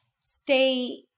stay